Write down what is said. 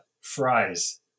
fries